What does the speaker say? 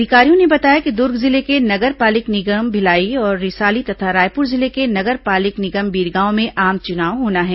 अधिकारियों ने बताया कि दुर्ग जिले के नगर पालिक निगम भिलाई और रिसाली तथा रायपुर जिले के नगर पालिक निगम बीरगांव में आम चुनाव होना है